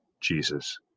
Jesus